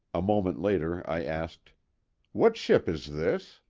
a moment later i asked what ship is this?